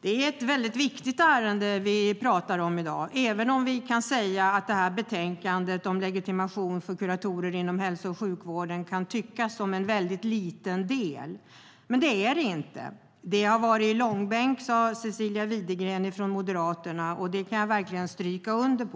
Det är ett viktigt ärende vi talar om i dag, även om vi kan säga att betänkandet om legitimation för kuratorer inom hälso och sjukvården kan tyckas vara en liten del. Men det är det inte. Detta har dragits i långbänk, sa Cecilia Widegren från Moderaterna, och det kan jag verkligen stryka under.